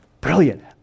Brilliant